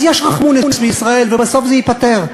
אז יש רחמונס בישראל ובסוף זה ייפתר,